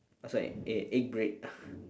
uh sorry e~ egg bread